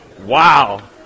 Wow